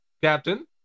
Captain